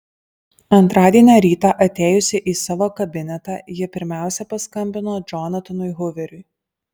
antradienio rytą atėjusi į savo kabinetą ji pirmiausia paskambino džonatanui huveriui